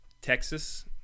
Texas